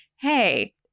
hey